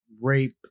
rape